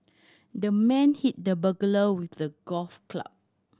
the man hit the burglar with a golf club